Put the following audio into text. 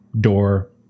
door